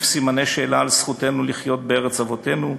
סימני שאלה על זכותנו לחיות בארץ אבותינו,